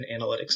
analytics